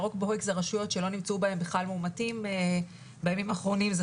ירוק בוהק זה רשויות שלא נמצאו בהם בכלל מאומתים בימים האחרונים,